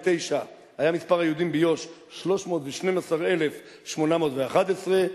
היה מספר היהודים ביהודה ושומרון 312,811,